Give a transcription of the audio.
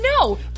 No